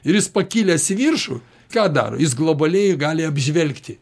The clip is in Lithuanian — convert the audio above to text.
ir jis pakilęs į viršų ką daro jis globaliai gali apžvelgti